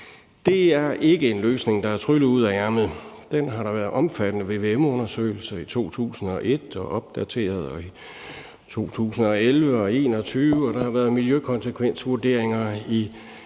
Det er ikke en løsning, der er tryllet ud af ærmet. Der har været omfattende vvm-undersøgelser i 2001 og opdateringer af det i 2011 og 2021, og der har været miljøkonsekvensvurderinger ved